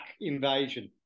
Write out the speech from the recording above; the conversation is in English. invasion